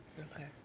Okay